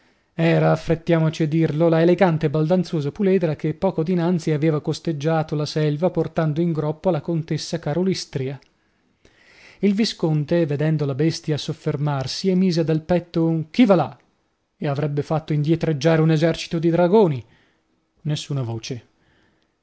era affrettiamoci a dirlo la elegante e baldanzosa puledra che poco dianzi aveva costeggiato la selva portando in groppa la contessa karolystria il visconte vedendo la bestia soffermarsi emise dal petto un chi va là che avrebbe fatto indietreggiare un esercito di dragoni nessuna voce